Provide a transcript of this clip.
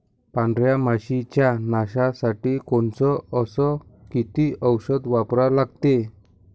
पांढऱ्या माशी च्या नाशा साठी कोनचं अस किती औषध वापरा लागते?